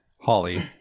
Holly